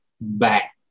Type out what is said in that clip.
back